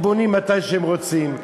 הם בונים מתי שהם רוצים,